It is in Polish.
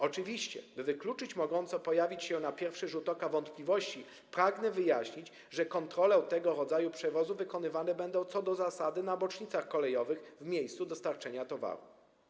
Oczywiście, by wykluczyć mogące pojawić się na pierwszy rzut oka wątpliwości, pragnę wyjaśnić, że kontrole tego rodzaju przewozu wykonywane będą co do zasady na bocznicach kolejowych, w miejscu dostarczenia towaru.